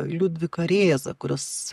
liudviką rėzą kuris